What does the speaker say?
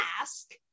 ask